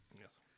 yes